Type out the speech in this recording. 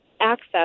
access